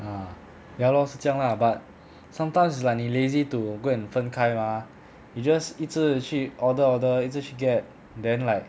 ah ya lor 是这样 lah but sometimes it's like 你 lazy to go and 分开 mah you just 一直去 order order 一直去 get then like